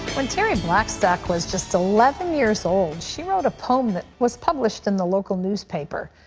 when terry blackstock was just eleven years old, she wrote a poem that was published in the local newspaper.